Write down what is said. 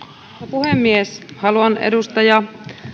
puhemies haluan edustaja